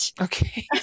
Okay